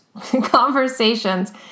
conversations